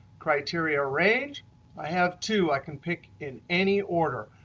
criteria range i have two i can pick in any order.